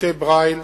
שלטי ברייל